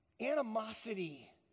animosity